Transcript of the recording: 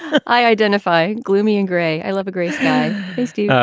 i identify gloomy and gray. i love a great guy christina,